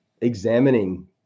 examining